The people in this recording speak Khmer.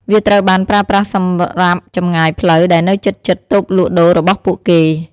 វាត្រូវបានប្រើប្រាស់សម្រាប់ចម្ងាយផ្លូវដែលនៅជិតៗតូបលក់ដូររបស់ពួកគេ។